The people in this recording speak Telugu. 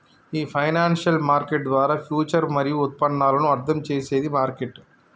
ఈ ఫైనాన్షియల్ మార్కెట్ ద్వారా ఫ్యూచర్ మరియు ఉత్పన్నాలను అర్థం చేసేది మార్కెట్